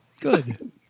Good